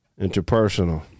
Interpersonal